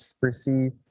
receive